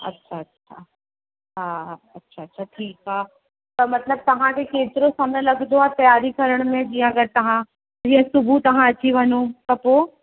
अच्छा अच्छा हा हा अच्छा अच्छा ठीकु आहे त मतिलब तव्हांखे केतिरो समय लॻंदो आहे तयारी करण में जीअं अगरि तव्हां जीअं सुबुह तव्हां अची वञो त पोइ